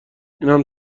اینم